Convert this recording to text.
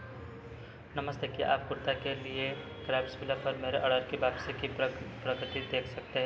नमस्ते क्या आप कुर्ता के लिए क्राफ्ट्सविला पर मेरे आर्डर की वापसी की प्रग प्रगति देख सकते हैं